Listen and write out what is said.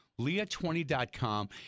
Leah20.com